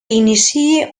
iniciï